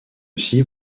aussi